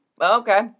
Okay